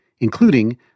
including